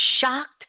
shocked